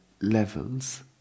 levels